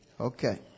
Okay